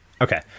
Okay